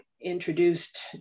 introduced